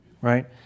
right